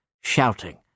shouting